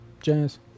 jazz